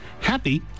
Happy